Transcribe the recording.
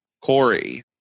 Corey